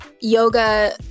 Yoga